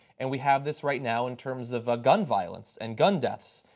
and we have this right now in terms of ah gun violence and gun deaths.